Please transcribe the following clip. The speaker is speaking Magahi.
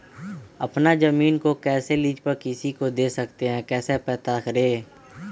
अपना जमीन को कैसे लीज पर किसी को दे सकते है कैसे पता करें?